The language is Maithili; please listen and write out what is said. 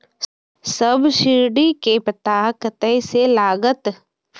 सब्सीडी के पता कतय से लागत?